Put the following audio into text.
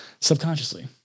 subconsciously